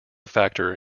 factor